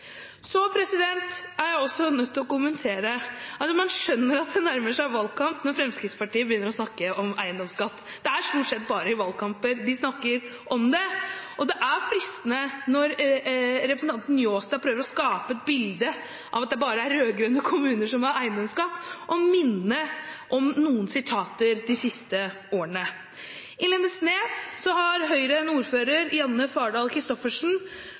Så skjønner man at det nærmer seg valgkamp når Fremskrittspartiet begynner å snakke om eiendomsskatt. Det er stort sett bare i valgkamper de snakker om det, og det er fristende, når representanten Njåstad prøver å skape et bilde av at det bare er rød-grønne kommuner som har eiendomsskatt, å minne om noen uttalelser de siste årene. I Lindesnes har Høyre en ordfører, Janne Fardal